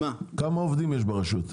כמה עובדים יש ברשות?